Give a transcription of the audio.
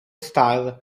star